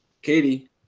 Katie